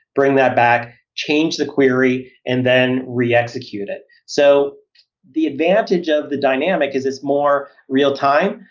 bring that back, change the query and then re-execute it. so the advantage of the dynamic is it's more real-time.